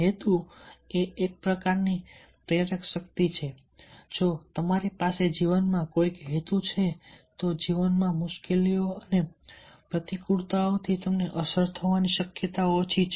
હેતુ એ પ્રેરક શક્તિ છે જો તમારી પાસે જીવનમાં કોઈ હેતુ છે તો જીવનમાં મુશ્કેલીઓ અને પ્રતિકૂળતાઓથી તમને અસર થવાની શક્યતા ઓછી છે